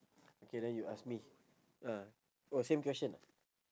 okay then you ask me ah oh same question